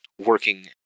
working